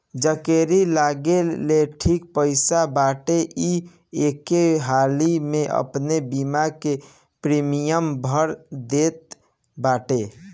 जकेरी लगे ढेर पईसा बाटे उ एके हाली में अपनी बीमा के प्रीमियम भर देत बाटे